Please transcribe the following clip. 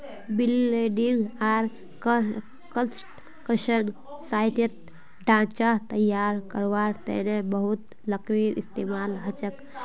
building आर construction साइटत ढांचा तैयार करवार तने बहुत लकड़ीर इस्तेमाल हछेक